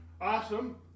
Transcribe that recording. awesome